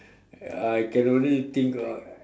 uh I can only think of